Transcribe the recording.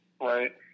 Right